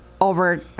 over